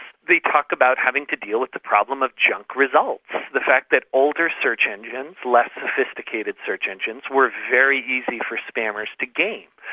talk about having to deal with the problem of junk results, the fact that older search engines, less sophisticated search engines, were very easy for spammers to gain.